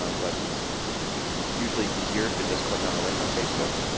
um but it's it's usually easier to just click on a link on facebook.